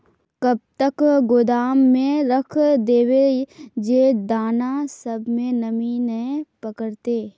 कब तक गोदाम में रख देबे जे दाना सब में नमी नय पकड़ते?